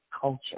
culture